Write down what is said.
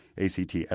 ACT